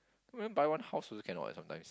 not even buy one house also cannot leh sometimes